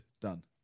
Done